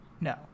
no